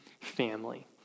family